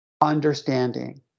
understanding